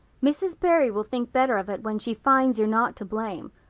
mrs. barry will think better of it when she finds you're not to blame.